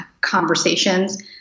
conversations